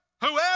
whoever